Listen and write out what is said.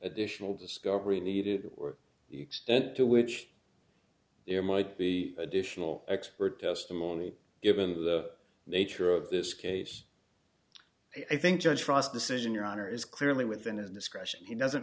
additional discovery needed or the extent to which there might be additional expert testimony given the nature of this case i think judge frost decision your honor is clearly within his discretion he doesn't